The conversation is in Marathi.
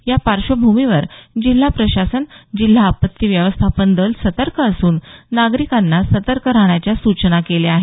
या पार्श्वभूमीवर जिल्हा प्रशासन जिल्हा आपत्ती व्यवस्थापन दल सतर्क असून नागरिकांना सतर्क राहण्याच्या सूचना केल्या आहेत